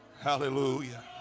Hallelujah